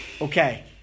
Okay